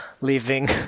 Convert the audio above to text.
leaving